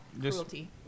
Cruelty